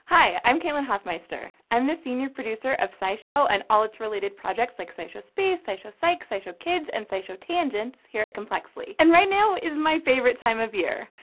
hi, i'm caitlin hofmeister. i'm the senior producer of scishow and all its related projects, like scishow space, scishow psych, scishow kids, and scishow tangents, here at complexly. and right now is my favorite time of year!